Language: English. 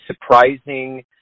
surprising